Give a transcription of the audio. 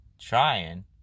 trying